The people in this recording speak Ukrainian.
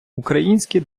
український